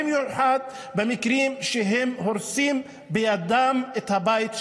במיוחד במקרים שהם הורסים בידיהם את הבית שלהם.